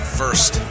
first